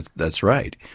that's right.